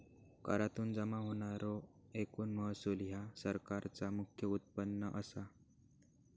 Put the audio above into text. करातुन जमा होणारो एकूण महसूल ह्या सरकारचा मुख्य उत्पन्न असा